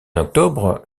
octobre